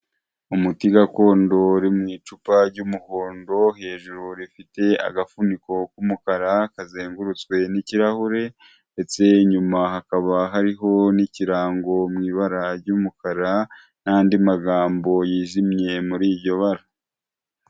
Umuti gakondo uri mu icupa ry'umuhondo hejuru rifite agafuniko k'umukara kazengurutswe n'ikirahure ndetse inyuma hakaba hariho n'ikirango mu ibara ry'umukara n'andi magambo yijimye muri iryo bara.